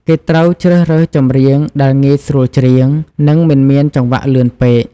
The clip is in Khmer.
គេត្រូវជ្រើសរើសចម្រៀងដែលងាយស្រួលច្រៀង និងមិនមានចង្វាក់លឿនពេក។